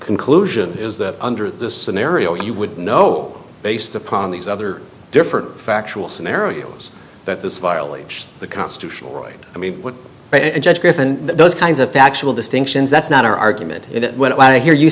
conclusion is that under this scenario you would know based upon these other different factual scenarios that this violates the constitution i mean those kinds of factual distinctions that's not our argument when i he